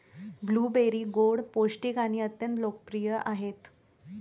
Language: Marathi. ब्लूबेरी गोड, पौष्टिक आणि अत्यंत लोकप्रिय आहेत